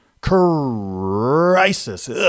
crisis